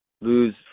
lose